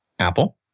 Apple